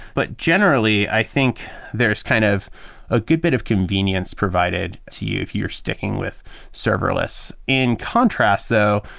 but generally, i think there's kind of a good bit of convenience provided to you if you're sticking with serverless. in contrast though,